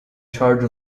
charge